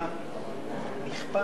(תיקון,